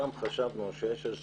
פעם חשבנו שיש